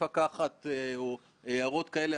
את הדבר הזה חייבים להפסיק.